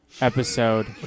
Episode